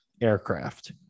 aircraft